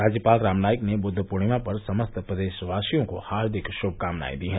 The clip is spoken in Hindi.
राज्यपाल राम नाईक ने बुद्ध पूर्णिमा पर समस्त प्रदेशवासियों को हार्दिक शुभकामनाएं दी हैं